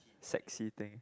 sexy thing